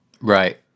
Right